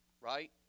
right